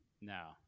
no